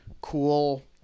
cool